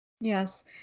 Yes